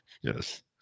yes